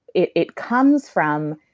it it comes from.